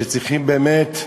שצריכים באמת,